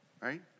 Right